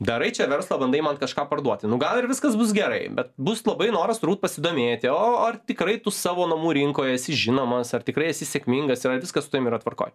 darai čia verslą bandai man kažką parduoti nu gal ir viskas bus gerai bet bus labai noras turbūt pasidomėti o ar tikrai tų savo namų rinkoj esi žinomas ar tikrai esi sėkmingas ir ar viskas su tavim yra tvarkoj